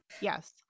Yes